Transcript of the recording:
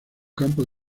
campo